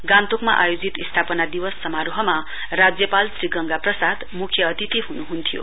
गान्तोकमा आयोजित स्थापना दिवस समारोहमा राज्यपाल श्री गंगा प्रसाद मुख्य अतिथि हुनुहुन्थ्यो